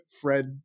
Fred